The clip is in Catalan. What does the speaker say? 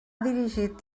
dirigit